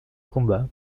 combat